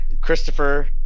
Christopher